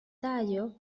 tallo